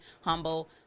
humble